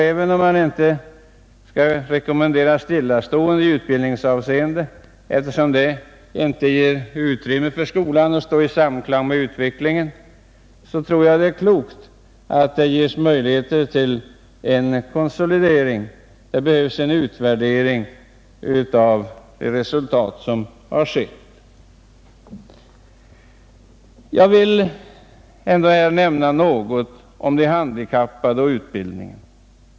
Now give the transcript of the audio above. Även om man inte skall rekommendera stillastående i utbildningsavseende, eftersom skolan då får svårt att hålla sig i samklang med utvecklingen, tror jag att det är klokt att det ges möjligheter till en konsolidering. Men det behövs en utvärdering av de resultat som uppnåtts. Jag vill säga några ord om de handikappade och utbildningen.